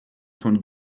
von